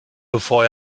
bevor